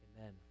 Amen